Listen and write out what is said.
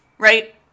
right